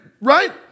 right